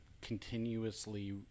continuously